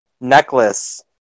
necklace